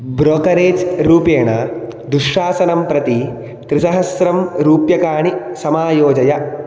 brokerage रूपेण दुःशासनं प्रति त्रिसहस्रं रूप्यकाणि समायोजय